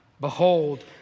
behold